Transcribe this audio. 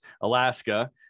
Alaska